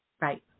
Right